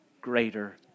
greater